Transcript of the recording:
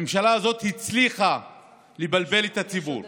הממשלה הזאת הצליחה לבלבל את הציבור,